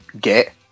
get